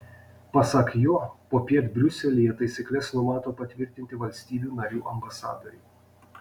pasak jo popiet briuselyje taisykles numato patvirtinti valstybių narių ambasadoriai